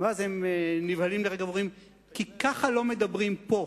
ואז הם נבהלים רגע ועונים: כי ככה לא מדברים פה,